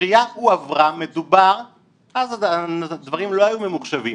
הספרייה הועברה, אז הדברים לא היו ממוחשבים,